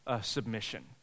submission